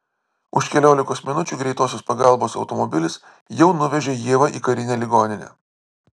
už keliolikos minučių greitosios pagalbos automobilis jau nuvežė ievą į karinę ligoninę